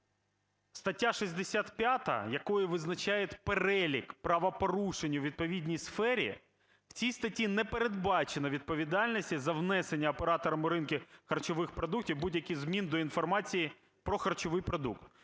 Стаття 65, якою визначають перелік правопорушень у відповідній сфері, в цій статті не передбачено відповідальності за внесення оператором ринку харчових продуктів будь-яких змін до інформації про харчовий продукт,